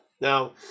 Now